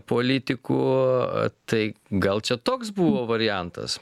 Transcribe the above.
politikų tai gal čia toks buvo variantas